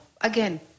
again